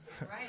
right